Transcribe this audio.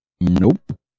Nope